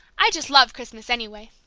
i just love christmas, anyway!